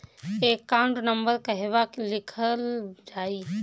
Account number कहवा लिखल जाइ?